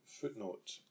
footnote